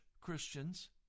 Christians